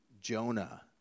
Jonah